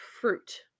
fruit